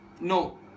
No